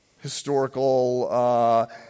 historical